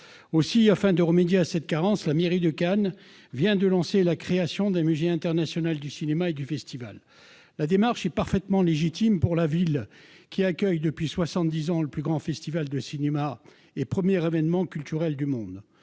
Afin de remédier à cette carence, la mairie de Cannes vient de lancer la création d'un musée international du cinéma et du festival. Une telle démarche est parfaitement légitime pour la ville qui accueille depuis soixante-dix ans le plus grand festival de cinéma et le premier événement culturel du monde.